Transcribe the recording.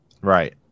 Right